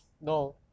No